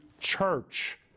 church